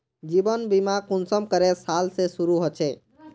जीवन बीमा कुंसम करे साल से शुरू होचए?